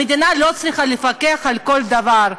המדינה לא צריכה לפקח על כל דבר.